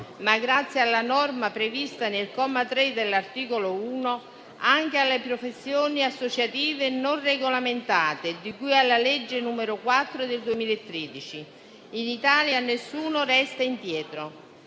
ma, grazie alla norma prevista nel comma 3 dell'articolo 1, anche alle professioni associate non regolamentate, di cui alla legge n. 4 del 2013. In Italia nessuno resta indietro.